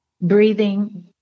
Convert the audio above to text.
breathing